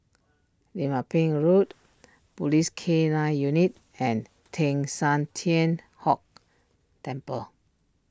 Lim Ah Pin Road Police K nine Unit and Teng San Tian Hock Temple